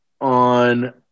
on